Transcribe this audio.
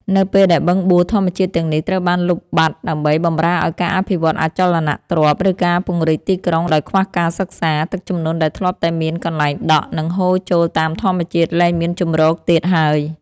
នៅពេលដែលបឹងបួរធម្មជាតិទាំងនេះត្រូវបានលុបបាត់ដើម្បីបម្រើឱ្យការអភិវឌ្ឍអចលនទ្រព្យ ឬការពង្រីកទីក្រុងដោយខ្វះការសិក្សា ទឹកជំនន់ដែលធ្លាប់តែមានកន្លែងដក់ និងហូរចូលតាមធម្មជាតិ លែងមានជម្រកទៀតហើយ។